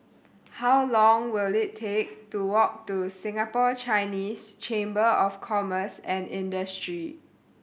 how long will it take to walk to Singapore Chinese Chamber of Commerce and Industry